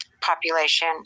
population